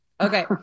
Okay